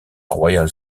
royal